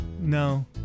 No